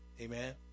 Amen